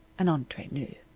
and entre nous,